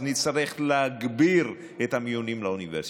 אז נצטרך להגביר את המיונים לאוניברסיטה.